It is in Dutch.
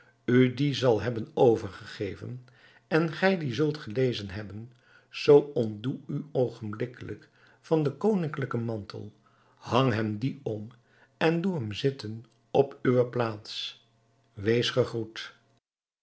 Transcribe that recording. u dien zal hebben overgegeven en gij dien zult gelezen hebben zoo ontdoe u oogenblikkelijk van den koninklijken mantel hang hem dien om en doe hem zitten op uwe plaats wees gegroet